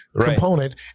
component